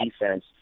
defense